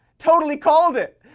totally called it.